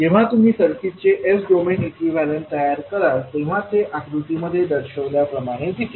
जेव्हा तुम्ही सर्किटचे s डोमेन इक्विवलेंट तयार कराल तेव्हा ते आकृतीमध्ये दर्शविल्याप्रमाणे दिसेल